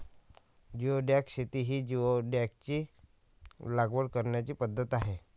geoduck शेती ही जिओडॅकची लागवड करण्याची पद्धत आहे